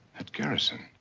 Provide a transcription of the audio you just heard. at garrison.